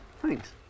Thanks